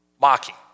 Mocking